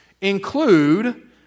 include